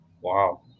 Wow